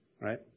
right